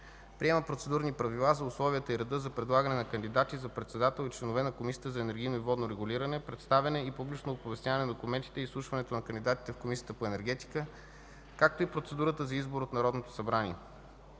Приема Процедурни правила за условията и реда за предлагане на кандидати за председател и членове на Комисията за енергийно и водно регулиране, представяне и публично оповестяване на документите и изслушването на кандидатите в Комисията по енергетика, както и процедурата за избор от Народното събрание